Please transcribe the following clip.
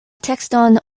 tekston